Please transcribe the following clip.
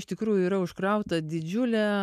iš tikrųjų yra užkrauta didžiulė